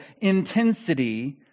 intensity